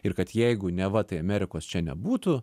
ir kad jeigu neva tai amerikos čia nebūtų